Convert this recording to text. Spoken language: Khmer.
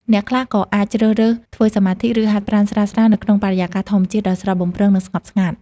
អ្នកខ្លះក៏អាចជ្រើសរើសធ្វើសមាធិ ឬហាត់ប្រាណស្រាលៗនៅក្នុងបរិយាកាសធម្មជាតិដ៏ស្រស់បំព្រង និងស្ងប់ស្ងាត់។